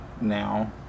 now